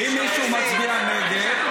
אם מישהו מצביע נגד,